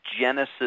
genesis